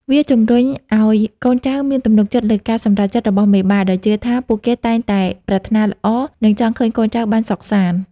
វាជំរុញឱ្យកូនចៅមានទំនុកចិត្តលើការសម្រេចចិត្តរបស់មេបា ដោយជឿថាពួកគេតែងតែប្រាថ្នាល្អ និងចង់ឃើញកូនចៅបានសុខសាន្ដ។